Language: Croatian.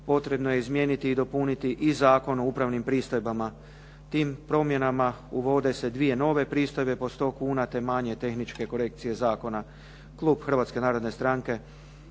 potrebno je izmijeniti i dopuniti i Zakon o upravnim pristojbama. Tim promjenama uvode se dvije nove pristojbe po 100 kuna te manje tehničke korekcije zakona. Klub Hrvatske narodne stranke